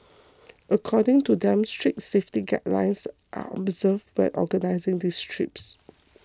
according to them strict safety guidelines are observed when organising these trips